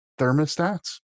thermostats